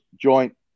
joint